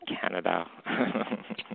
Canada